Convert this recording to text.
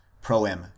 proem